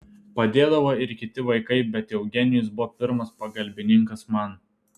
padėdavo ir kiti vaikai bet eugenijus buvo pirmas pagalbininkas man